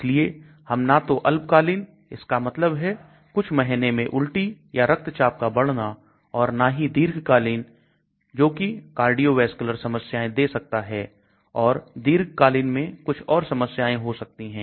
इसलिए हम ना तो अल्पकालीन इसका मतलब है कुछ महीनों मैं उल्टी या रक्तचाप का बढ़ना और ना ही दीर्घकालीन जोगी कार्डियोवैस्कुलर समस्याएं दे सकता है और दीर्घकालीन में कुछ और समस्याएं हो सकती हैं